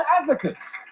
advocates